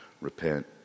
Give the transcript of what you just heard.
repent